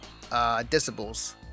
decibels